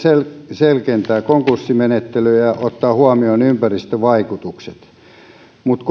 selkeyttää konkurssimenettelyä ja ja ottaa huomioon ympäristövaikutukset mutta